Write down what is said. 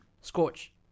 Scorch